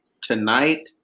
tonight